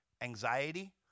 Anxiety